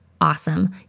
awesome